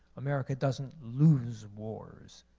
america doesn't lose wars,